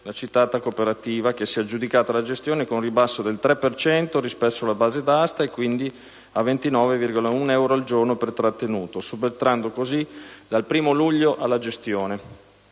ho citato, che si è aggiudicata la gestione con un ribasso del 3 per cento rispetto alla base d'asta, e quindi a 29,1 euro al giorno per trattenuto, subentrando così, dal 1° luglio 2012, nella gestione.